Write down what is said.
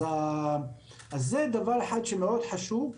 זה דבר אחד שמאוד חשוב.